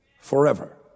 forever